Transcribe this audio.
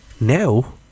Now